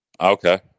Okay